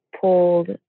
pulled